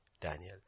Daniel